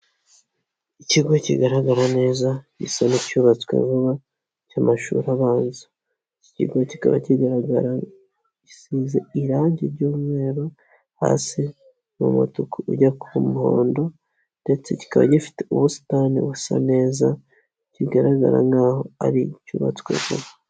Ikigo kigaragara neza gisa n'icyubatswe vuba cy'amashuri abanza, iki ikigo kikaba kigaragara gisize irangi ry'umweru hasi ni umutuku ujya kuba muhondo ndetse kikaba gifite ubusitani busa neza kigaragara nk'aho ari icyubatswe vuba.